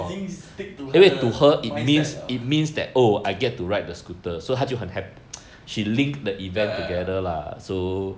已经 stick to 她的 mindset liao ya ya lah